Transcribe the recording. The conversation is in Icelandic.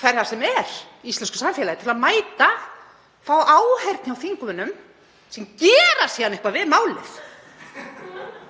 hverra sem er í íslensku samfélagi til að mæta og fá áheyrn hjá þingmönnum sem gera síðan eitthvað við málið.